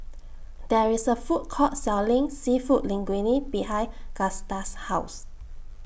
There IS A Food Court Selling Seafood Linguine behind Gusta's House